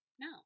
No